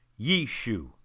Yeshu